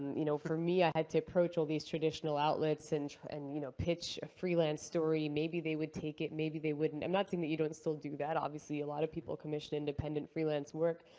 you know, for me, i had to approach all these traditional outlets and and you know, pitch a freelance story. maybe they would take it, maybe they wouldn't. i'm not saying that you don't still do that. obviously, a lot of people commission independent freelance work.